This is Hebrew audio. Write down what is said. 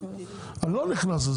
אני לא נכנס לזה,